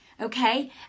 Okay